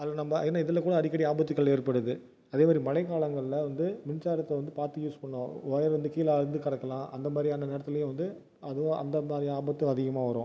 அது நம்ம என்னை இதில் கூட அடிக்கடி ஆபத்துகள் ஏற்படுது அதேமாதிரி மலைக்காலங்களில் வந்து மின்சாரத்தை வந்து பார்த்து யூஸ் பண்ணும் ஒயர் வந்து கீழே அறுந்து கடக்கலாம் அந்தமாதிரியான நேரத்துலேயும் வந்து அதுவும் அந்தந்த மாதிரியா ஆபத்தும் அதிகமாக வரும்